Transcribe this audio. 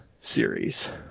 series